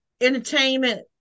Entertainment